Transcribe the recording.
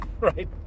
right